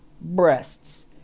breasts